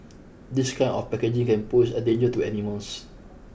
this kind of packaging can pose a danger to animals